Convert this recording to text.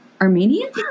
Armenian